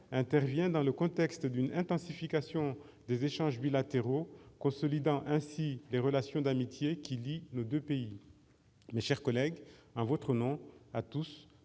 intervient dans le contexte d'une intensification des échanges bilatéraux, consolidant ainsi les relations d'amitié qui lient nos deux pays. Mes chers collègues, en votre nom à tous,